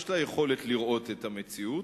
יש לה יכולת לראות את המציאות,